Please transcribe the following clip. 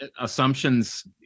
assumptions